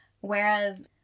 Whereas